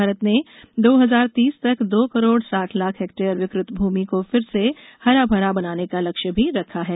भारत ने दो हजार तीस तक दो करोड़ साठ लाख हेक्टेयर विकृत भूमि को फिर से हरा भरा बनाने का लक्ष्य भी रखा है